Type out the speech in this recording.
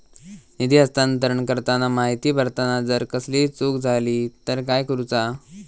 निधी हस्तांतरण करताना माहिती भरताना जर कसलीय चूक जाली तर काय करूचा?